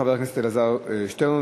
חבר הכנסת אלעזר שטרן,